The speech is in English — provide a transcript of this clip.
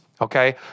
Okay